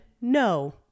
no